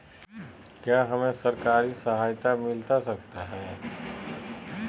क्या हमे सरकारी सहायता मिलता सकता है?